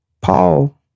Paul